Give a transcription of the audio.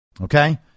Okay